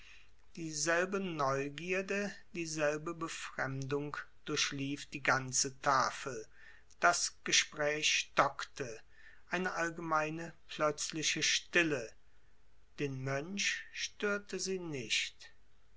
dieselbe neugierde dieselbe befremdung durchlief die ganze tafel das gespräch stockte eine allgemeine plötzliche stille den mönch störte sie nicht